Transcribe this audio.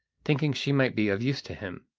thinking she might be of use to him.